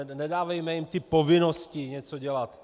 Nedávejme jim ty povinnosti něco dělat.